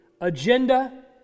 agenda